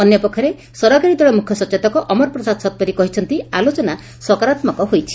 ଅନ୍ୟ ପକ୍ଷରେ ସରକାରୀ ଦଳ ମୁଖ୍ୟ ସଚେତକ ଅମର ପ୍ରସାଦ ଶତପଥୀ କହିଛନ୍ତି ଆଲୋଚନା ସକାରାତ୍କକ ହୋଇଛି